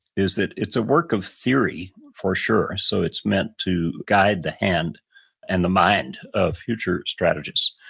is that it's a work of theory for sure. so it's meant to guide the hand and the mind of future strategies,